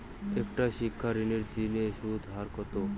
একটা শিক্ষা ঋণের জিনে সুদের হার কত?